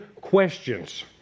questions